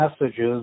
messages